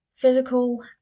Physical